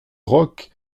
rock